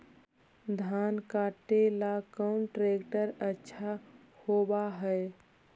धान कटे ला कौन ट्रैक्टर अच्छा होबा है?